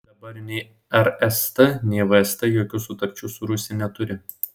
dabar nei rst nei vst jokių sutarčių su rusija neturi